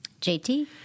JT